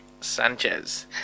Sanchez